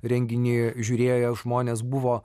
renginį žiūrėję žmonės buvo